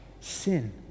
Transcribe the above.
sin